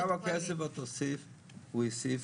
כמה כסף בתקציב הוא יוסיף,